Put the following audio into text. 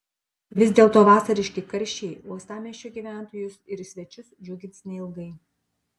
vis dėlto vasariški karščiai uostamiesčio gyventojus ir svečius džiugins neilgai